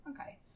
okay